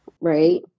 Right